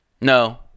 No